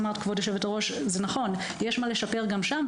היושבת-הראש אמרת נכון; יש מה לשפר גם לשם,